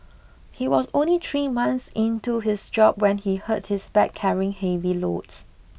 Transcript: he was only three months into his job when he hurt his back carrying heavy loads